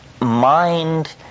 mind